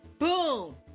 Boom